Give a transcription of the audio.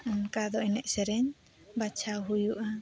ᱚᱱᱠᱟ ᱫᱚ ᱮᱱᱮᱡ ᱥᱮᱨᱮᱧ ᱵᱟᱪᱷᱟᱣ ᱦᱩᱭᱩᱜᱼᱟ